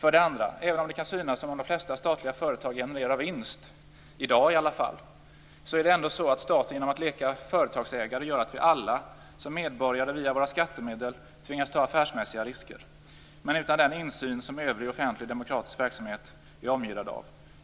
2. Även om det kan synas som om de flesta statliga företag genererar vinst, i varje fall i dag, är det ändå så att staten genom att leka företagsägare gör att vi alla som medborgare via våra skattemedel tvingas ta affärsmässiga risker. Man är utan den insyn som övrig offentlig demokratisk verksamhet är omgärdad av.